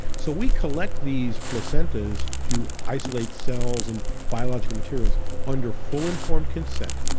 so, we collect these placentas to isolate cells and biological materials under full informed consent,